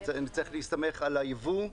נצטרך להסתמך על היבוא.